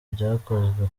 byakozwe